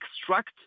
extract